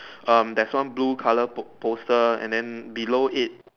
um there's one blue color po~ poster and then below it